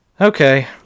Okay